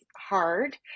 hard